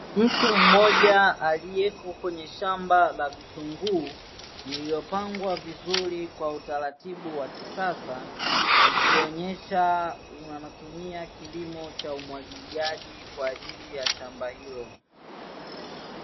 Mtu mmoja aliyeko kwenye shamba la vitunguu lililopandwa vizuri kwa utaratibu wa kisasa. Ikionyesha wanatumia kilimo cha umwagiliaji kwa ajili ya shamba hilo.